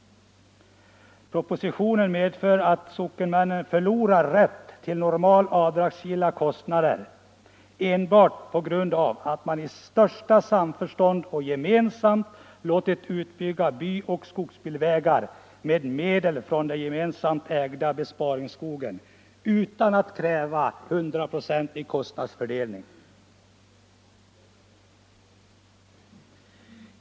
Propositionen medför att sockenmännen förlorar rätten till normalt avdragsgilla kostnader enbart på grund av att man i största samförstånd och gemensamt har låtit utbygga byoch skogsbilvägar med medel från den gemensamt ägda besparingsskogen utan att kräva 100 procentig kostnadsfördelning.